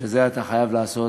שאת זה אתה חייב לעשות